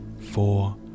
four